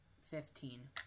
Fifteen